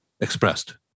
expressed